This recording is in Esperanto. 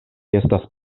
estas